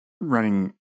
running